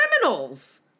criminals